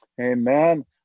amen